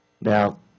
Now